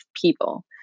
people